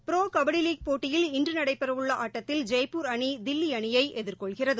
bro kabaddi league போட்டியில் இன்று நடைபெறவுள்ள ஆட்டத்தில் ஜெய்ப்பூர் அணி தில்லி அணியை எதிர் கொள்கிறது